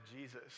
Jesus